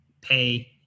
pay